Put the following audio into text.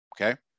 Okay